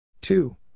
Two